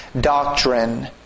doctrine